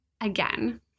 again